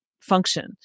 function